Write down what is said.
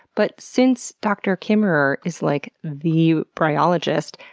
but since dr. kimmerer is like the bryologist,